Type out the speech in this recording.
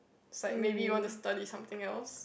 like maybe you want to study something else